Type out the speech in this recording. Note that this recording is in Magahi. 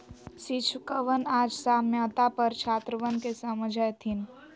शिक्षकवन आज साम्यता पर छात्रवन के समझय थिन